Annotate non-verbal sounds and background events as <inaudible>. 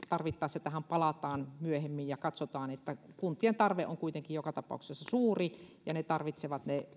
<unintelligible> tarvittaessa palataan myöhemmin ja katsotaan kuntien tarve on kuitenkin joka tapauksessa suuri ja ne tarvitsevat